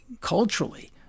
culturally